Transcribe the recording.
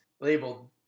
labeled